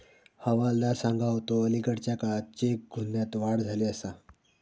हवालदार सांगा होतो, अलीकडल्या काळात चेक गुन्ह्यांत वाढ झाली आसा